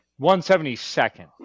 172nd